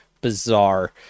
bizarre